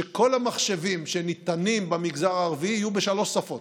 שכל המחשבים שניתנים במגזר הערבי יהיו בשלוש שפות,